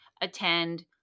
attend